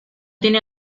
tiene